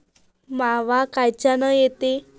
मावा कायच्यानं येते?